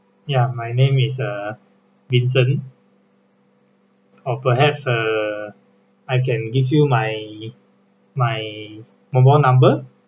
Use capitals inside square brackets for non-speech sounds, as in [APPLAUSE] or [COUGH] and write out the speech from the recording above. yeah my name is err vincent [NOISE] or perhaps err I can give you my my mobile number